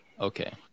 okay